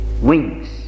wings